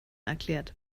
erklärt